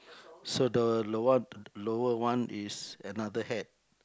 so the the one lower one is another hat